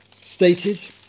stated